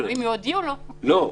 ואם יודיעו לו.